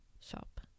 shop